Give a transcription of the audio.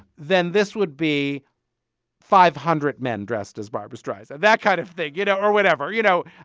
then this would be five hundred men dressed as barbra streisand that kind of thing you know? or whatever. you know,